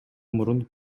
мурун